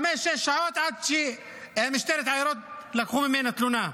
חמש-שש שעות עד שמשטרת עיירות לקחה ממנו תלונה.